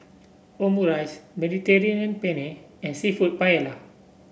Omurice Mediterranean Penne and seafood Paella